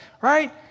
right